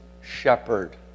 shepherd